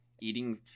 eating